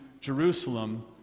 Jerusalem